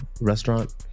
restaurant